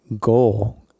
goal